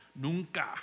Nunca